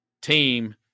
team